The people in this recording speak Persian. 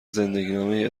زندگینامه